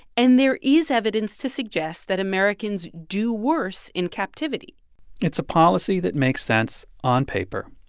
and there is evidence to suggest that americans do worse in captivity it's a policy that makes sense on paper.